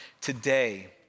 today